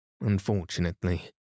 unfortunately